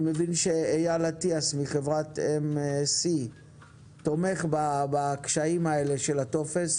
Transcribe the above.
אני מבין שאייל אטיאס מחברת MSC תומך בקשיים האלה של הטופס,